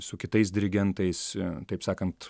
su kitais dirigentais taip sakant